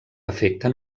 afecten